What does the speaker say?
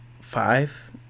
five